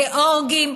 גיאורגים,